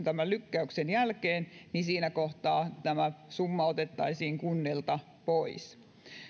tämän lykkäyksen jälkeen niin siinä kohtaa tämä summa otettaisiin kunnilta pois